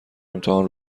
امتحان